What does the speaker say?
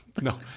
No